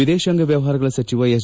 ವಿದೇಶಾಂಗ ವ್ಯವಹಾರಗಳ ಸಚಿವ ಎಸ್